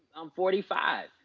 i'm forty five.